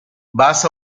vas